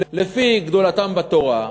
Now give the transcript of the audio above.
לפי גדולתם בתורה.